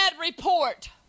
report